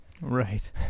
Right